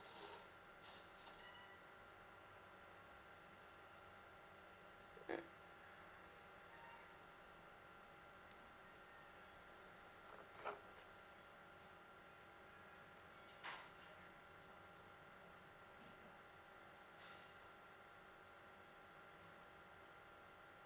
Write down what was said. mm